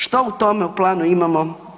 Što u tome planu imamo?